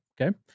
Okay